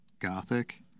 gothic